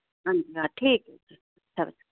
हां जी ठीक ऐ पुत्तर